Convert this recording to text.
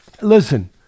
listen